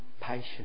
patience